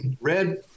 Red